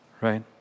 right